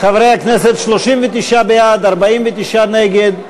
חברי הכנסת, 39 בעד, 49 נגד.